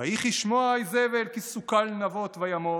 "ויהי כשמע איזבל כי סקל נבות וימת